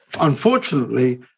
unfortunately